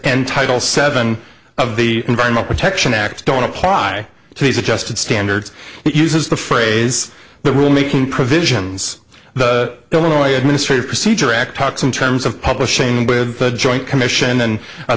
entitle seven of the environment protection act don't apply to these adjusted standards uses the phrase the rule making provisions the illinois administrative procedure act talks in terms of publishing with the joint commission and